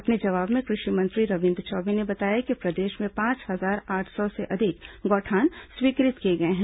अपने जवाब में कृषि मंत्री रविन्द्र चौबे ने बताया कि प्रदेश में पांच हजार आठ सौ से अधिक गौठान स्वीकृत किए गए हैं